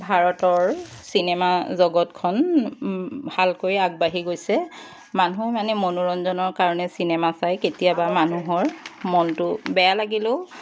ভাৰতৰ চিনেমা জগতখন ভালকৈ আগবাঢ়ি গৈছে মানুহ মানে মনোৰঞ্জনৰ কাৰণে চিনেমা চায় কেতিয়াবা মানুহৰ মনটো বেয়া লাগিলেও